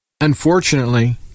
Unfortunately